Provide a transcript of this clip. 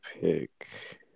pick